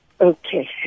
Okay